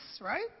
right